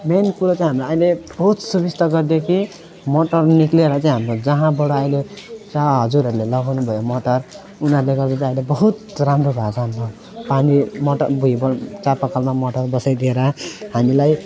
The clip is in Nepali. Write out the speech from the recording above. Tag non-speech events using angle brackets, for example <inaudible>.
मेन कुरो चाहिँ हामीलाई अहिले बहुत सुबिस्ता गरिदियो कि मोटरहरू निस्केर चाहिँ हाम्रो जहाँबाट अहिले जहाँ हजुरहरूले लगाउनु भयो मोटर उनीहरूले गर्दा त अहिले बहुत राम्रो भएको छ हाम्रो पानी मोटर <unintelligible> चापाकलमा मोटर बसाइदिएर हामीलाई